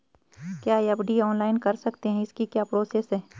क्या FD online कर सकते हैं इसकी क्या प्रोसेस है?